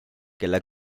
kelle